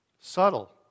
Subtle